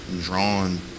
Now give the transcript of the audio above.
drawn